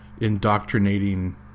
indoctrinating